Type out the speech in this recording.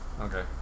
Okay